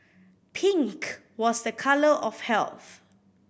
pink was a colour of health